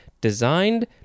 designed